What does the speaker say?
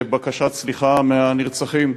ובקשת סליחה מהנרצחים,